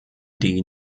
die